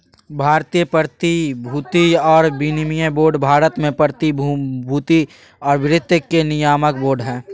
भारतीय प्रतिभूति और विनिमय बोर्ड भारत में प्रतिभूति और वित्त के नियामक बोर्ड हइ